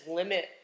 limit